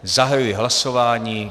Zahajuji hlasování.